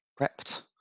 prepped